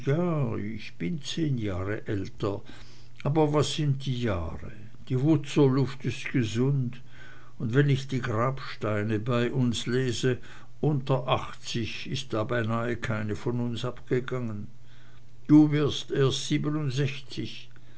ich bin zehn jahre älter aber was sind die jahre die wutzer luft ist gesund und wenn ich die grabsteine bei uns lese unter achtzig ist da beinah keine von uns abgegangen du wirst erst siebenundsechzig